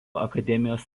akademijos